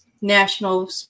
national